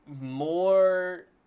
more